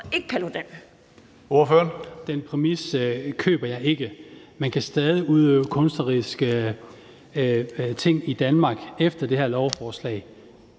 Den præmis køber jeg ikke. Man kan stadig udøve kunstneriske ting i Danmark efter det her lovforslag.